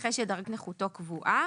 נכה שדרגת נכותו קבועה